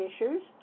issues